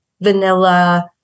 vanilla